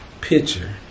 picture